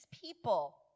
people